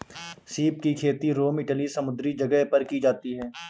सीप की खेती रोम इटली समुंद्री जगह पर की जाती है